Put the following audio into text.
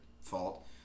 fault